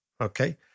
okay